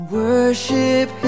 worship